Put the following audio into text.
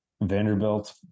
Vanderbilt